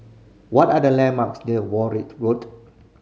what are the landmarks near Warwick Road